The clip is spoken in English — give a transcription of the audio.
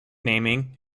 naming